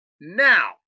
Now